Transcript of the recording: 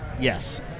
Yes